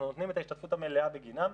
אנחנו נותנים את ההשתתפות המלאה בגינם.